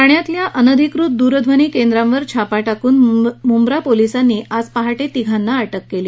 ठाण्यामधल्या अनधिकृत द्रध्वनी केंद्रावर छापा टाकुन मुंब्रा पोलिसांनी आज पहाट तिघांना अटक केली